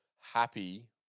happy